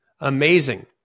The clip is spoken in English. Amazing